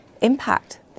impact